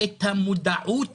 תגידי, יש לך במה בשביל להגיד.